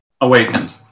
awakened